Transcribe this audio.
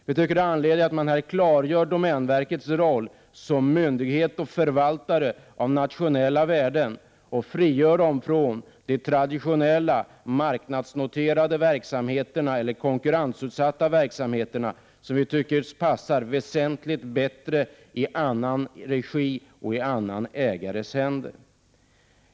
Vi tycker att det finns anledning att man här klargör domänverkets roll som myndighet och förvaltare av nationella värden och frigör den verksamheten från de traditionella marknadsnoterade eller konkurrensutsatta verksamheterna. De senare passar betydligt bättre i annan regi och i annan ägares händer.